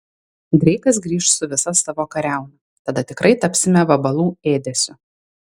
dreikas grįš su visa savo kariauna tada tikrai tapsime vabalų ėdesiu